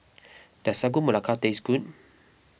does Sagu Melaka taste good